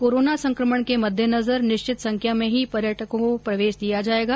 corona संक्रमण के मद्देनजर निश्चित संख्या में ही पर्यटकों को प्रवेश दिया जायेगा